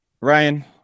Ryan